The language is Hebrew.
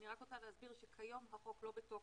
אני רק רוצה להסביר שכיום החוק לא בתוקף,